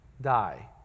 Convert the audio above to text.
die